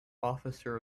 officer